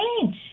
change